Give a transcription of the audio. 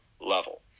level